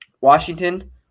Washington